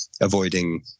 avoiding